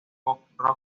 mezcla